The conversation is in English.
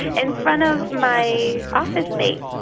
in front of my office mates.